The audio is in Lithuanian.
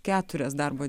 keturias darbo